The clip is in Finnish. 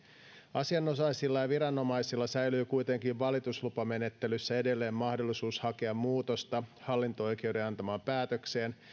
asianosaisilla ja viranomaisilla säilyy kuitenkin valituslupamenettelyssä edelleen mahdollisuus hakea muutosta hallinto oikeuden antamaan päätökseen